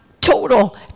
total